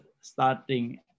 starting